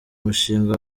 mushinga